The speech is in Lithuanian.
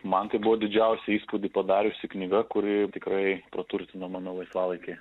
man tai buvo didžiausią įspūdį padariusi knyga kuri tikrai praturtino mano laisvalaikį